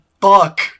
fuck